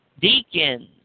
deacons